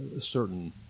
certain